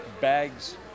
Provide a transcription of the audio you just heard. bags